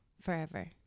forever